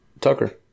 Tucker